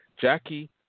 Jackie